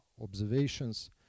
observations